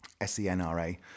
S-E-N-R-A